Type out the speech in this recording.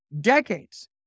Decades